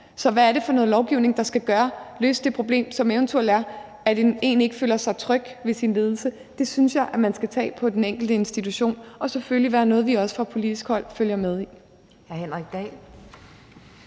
Så hvad er det for noget lovgivning, der skal løse det problem, som der eventuelt er med, at der er en, som ikke føler sig tryg ved sin ledelse? Det synes jeg man skal tage på den enkelte institution – og selvfølgelig skal det være noget, som vi også fra politisk hold følger med i.